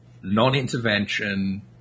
non-intervention